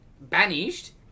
Banished